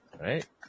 right